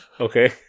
Okay